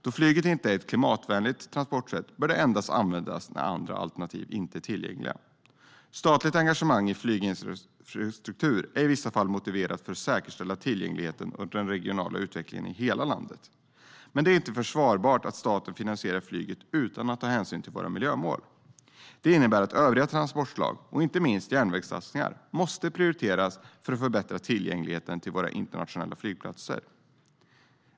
Då flyget inte är ett klimatvänligt transportsätt bör det endast användas när andra alternativ inte är tillgängliga. Statligt engagemang i flyginfrastruktur är i vissa fall motiverat för att säkerställa tillgängligheten och den regionala utvecklingen i hela landet. Det är inte försvarbart att staten finansierar flyget utan att ta hänsyn till våra miljömål. Det innebär att övriga transportslag, inte minst järnvägssatsningar, måste prioriteras för att förbättra tillgängligheten till våra internationella flygplatser.